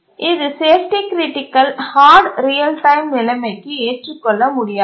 இது safety critical hard real time நிலைமைக்கு ஏற்றுக்கொள்ள முடியாதது